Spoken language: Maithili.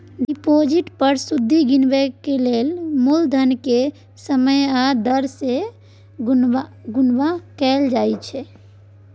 डिपोजिट पर सुदि गिनबाक लेल मुलधन केँ समय आ दर सँ गुणा कएल जाइ छै